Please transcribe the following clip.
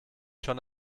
schon